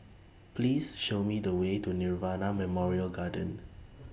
Please Show Me The Way to Nirvana Memorial Garden